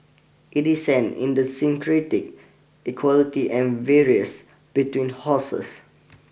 it is an idiosyncratic equality and various between horses